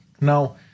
Now